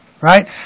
Right